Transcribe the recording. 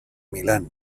milán